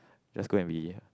just go and be